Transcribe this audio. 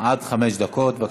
עד שלוש דקות.